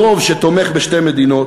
הרוב שתומך בשתי מדינות,